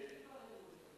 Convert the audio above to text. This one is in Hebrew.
איך יבררו את זה?